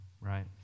right